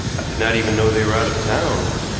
i did not even know they were out of town,